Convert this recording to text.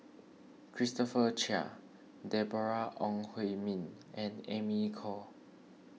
Christopher Chia Deborah Ong Hui Min and Amy Khor